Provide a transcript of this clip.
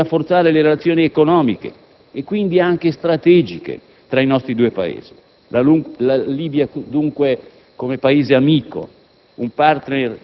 che hanno consentito di rafforzare le relazioni economiche e quindi anche strategiche tra i nostri due Paesi. La Libia, dunque, come Paese amico,